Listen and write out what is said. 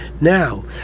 Now